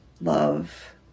love